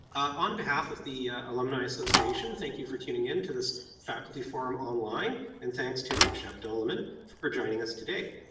on behalf of the alumni association, thank you fortuning in to this faculty forum online. and thanks to shep doeleman for joining us today.